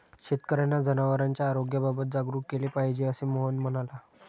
शेतकर्यांना जनावरांच्या आरोग्याबाबत जागरूक केले पाहिजे, असे मोहन म्हणाला